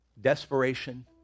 desperation